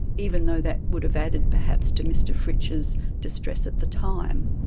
even though that would have added perhaps to mr fritsch's distress at the time,